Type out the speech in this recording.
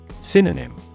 Synonym